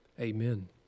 Amen